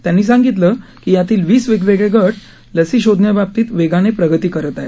त्यांनी सांगितलं की यातील वीस वेगवेगळे गट लसी शोधण्याबाबतीत वेगाने प्रगती करत आहेत